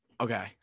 Okay